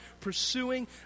pursuing